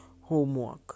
Homework